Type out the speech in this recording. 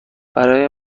برای